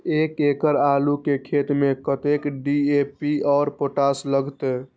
एक एकड़ आलू के खेत में कतेक डी.ए.पी और पोटाश लागते?